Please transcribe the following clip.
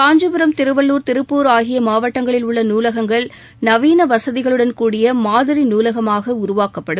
காஞ்சிபுரம் திருவள்ளுர் திருப்பூர் ஆகிய மாவட்டங்களில் உள்ள நுலகங்கள் நவீன வசதிகளுடன் கூடிய மாதிரி நூலகமாக உருவாக்கப்படும்